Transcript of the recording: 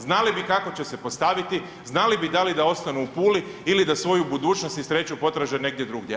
Znali bi kako će se postaviti, znali bi da li da ostanu u Puli ili da svoju budućnost i sreću potraže negdje druge.